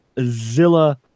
Zilla